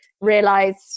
realized